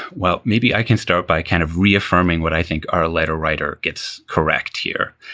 well, maybe i can start by kind of reaffirming what i think our letter writer gets correct here,